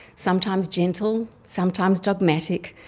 sometimes gentle, sometimes dogmatic,